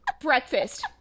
breakfast